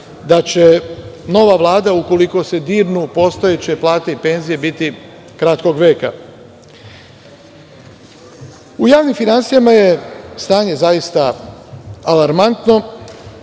da će nova Vlada ukoliko se dirnu postojeće plate i penzije biti kratkog veka. U javnim finansijama je stanje zaista alarmantno